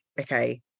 okay